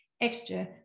extra